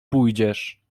pójdziesz